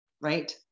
right